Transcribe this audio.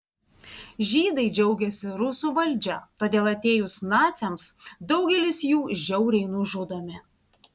žydai džiaugiasi rusų valdžia todėl atėjus naciams daugelis jų žiauriai nužudomi